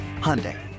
Hyundai